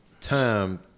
time